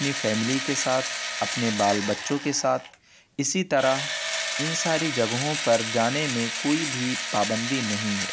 اپنی فیملی کے ساتھ اپنے بال بچّوں کے ساتھ اسی طرح ان ساری جگہوں پر جانے میں کوئی بھی پابندی نہیں ہے